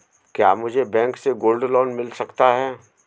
क्या मुझे बैंक से गोल्ड लोंन मिल सकता है?